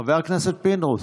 חבר הכנסת פינדרוס,